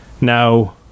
Now